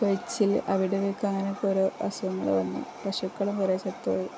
കൊഴിച്ചില് അകിടുവീക്കം അങ്ങനൊക്കെ ഓരോ അസുഖങ്ങള് വന്നു പശുക്കളും കുറേ ചത്തുപോയി